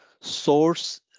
source